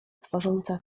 tworząca